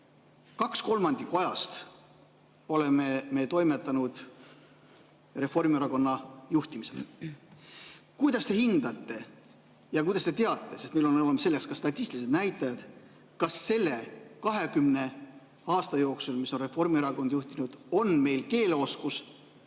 kaks kolmandikku ajast oleme me toimetanud Reformierakonna juhtimisel. Kuidas te hindate ja kas te teate – meil on [ehk] selle kohta olemas ka statistilised näitajad –, kas selle 20 aasta jooksul, mis on Reformierakond juhtinud, on meil keeleoskus